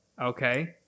okay